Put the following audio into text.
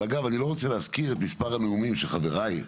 ואגב, אני לא רוצה להזכיר את מספר הנאומים שחבריי,